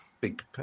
big